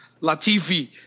Latifi